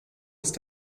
ist